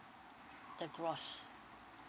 the gross